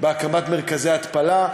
בהקמת מרכזי התפלה.